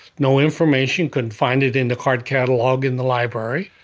no information. couldn't find it in the card catalog in the library.